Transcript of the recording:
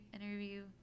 interview